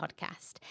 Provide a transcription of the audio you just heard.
Podcast